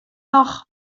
noch